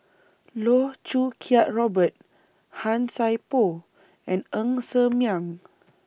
Loh Choo Kiat Robert Han Sai Por and Ng Ser Miang